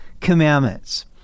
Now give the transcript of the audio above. commandments